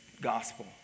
gospel